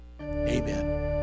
Amen